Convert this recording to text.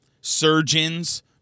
Surgeons